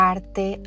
Arte